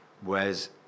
Whereas